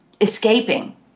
escaping